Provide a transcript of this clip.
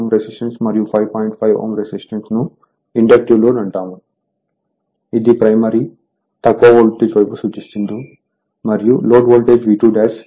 5 Ω resistance ను inductive load అంటాము ఇది ప్రైమరీ తక్కువ వోల్టేజ్ వైపు సూచిస్తుంది మరియు లోడ్ వోల్టేజ్ V2